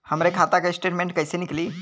हमरे खाता के स्टेटमेंट कइसे निकली?